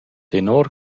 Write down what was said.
tenor